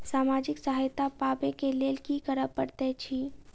सामाजिक सहायता पाबै केँ लेल की करऽ पड़तै छी?